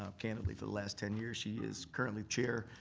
ah candidly for the last ten years. she is currently chair.